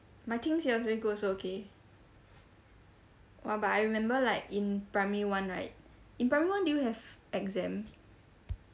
my 听写 was very good also okay !!wah!! but I remember like in primary one right in primary one did you have exam